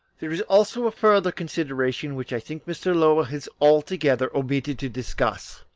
there is also a further consideration which i think mr. lowell has altogether omitted to discuss.